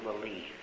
believe